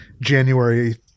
January